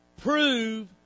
prove